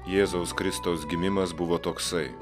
jėzaus kristaus gimimas buvo toksai